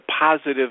positive